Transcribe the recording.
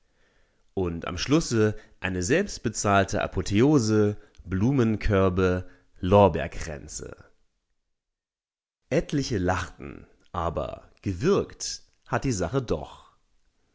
und am schlusse eine selbstbezahlte apotheose blumenkörbe lorbeerkränze etliche lachten aber gewirkt hat die sache doch